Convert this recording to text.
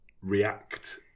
react